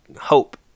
hope